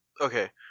Okay